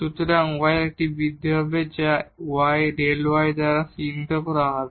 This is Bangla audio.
সুতরাং y এ একটি বৃদ্ধি হবে যা Δ y দ্বারা চিহ্নিত করা হবে